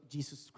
Jesus